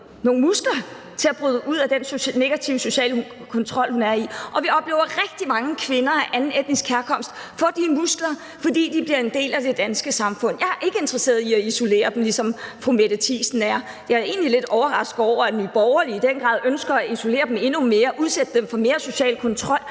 nogle muskler til at bryde ud af den negative sociale kontrol, hun var i, og vi oplever rigtig mange kvinder af anden etnisk herkomst få de muskler, fordi de bliver en del af det danske samfund. Jeg er ikke interesseret i at isolere dem, ligesom fru Mette Thiesen er. Jeg er egentlig lidt overrasket over, at Nye Borgerlige i den grad ønsker at isolere dem endnu mere og udsætte dem for mere social kontrol.